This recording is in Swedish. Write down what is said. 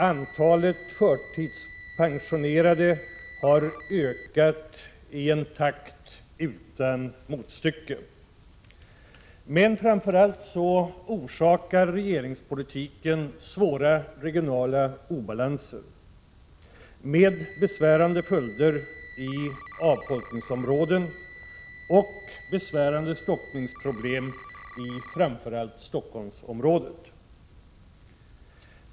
Antalet förtidspensionerade har ökat i en takt utan motstycke. Regeringspolitiken orsakar framför allt svåra regionala obalanser med besvärande följder i avfolkningsområden och besvärande stockningsproblem i främst Stockholmsområdet.